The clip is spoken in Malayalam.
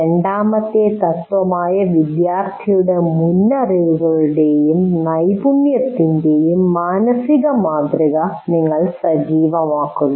രണ്ടാമത്തെ തത്ത്വമായ വിദ്യാർത്ഥിയുടെ മുൻഅറിവുകളുടെയും നൈപുണ്യത്തിൻ്റെയും മാനസിക മാതൃക നിങ്ങൾ സജീവമാക്കുന്നു